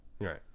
Right